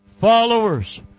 followers